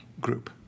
group